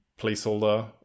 placeholder